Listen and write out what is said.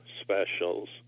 specials